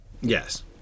yes